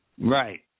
Right